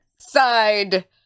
side